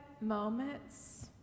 moments